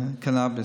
קנביס,